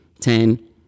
ten